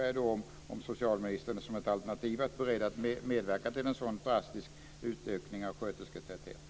Är alltså socialministern som ett alternativ beredd att medverka till en sådan drastisk utökning av skötersketätheten?